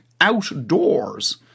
outdoors